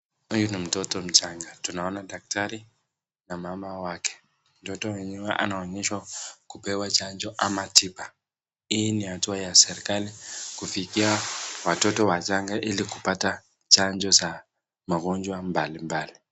Huyu ni mtoto mchanga tunaona daktari na mama wake. Mtoto mwenyewe anaonyeshwa kupewa chanjo ama tiba, ni hatua ya serekali kufikia watoto wachanga ili kupata chanjo za magonjwa mbali mbali.